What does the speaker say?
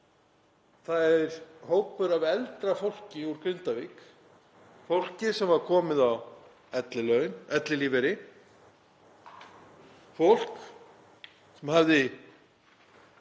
Það er hópur af eldra fólki úr Grindavík, fólki sem var komið á ellilífeyri, fólk sem hafði